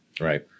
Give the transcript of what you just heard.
right